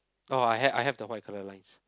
oh I have I have the white colour lines